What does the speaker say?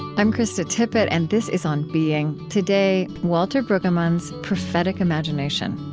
i'm krista tippett, and this is on being. today, walter brueggemann's prophetic imagination